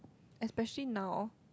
especially now